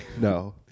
No